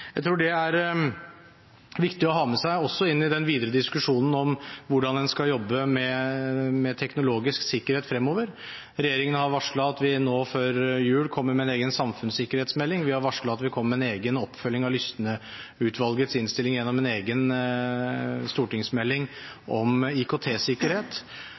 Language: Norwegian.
Jeg tror det er viktig å ha med seg det, også inn i den videre diskusjonen om hvordan en skal jobbe med teknologisk sikkerhet fremover. Regjeringen har varslet at vi nå før jul kommer med en egen samfunnssikkerhetsmelding. Vi har varslet at vi kommer med en egen oppfølging av Lysne-utvalgets innstilling gjennom en egen stortingsmelding